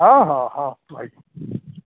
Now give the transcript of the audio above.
ହଁ ହଁ ହଁ ରହିଲି ହଉ